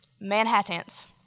Manhattans